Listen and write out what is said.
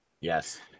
Yes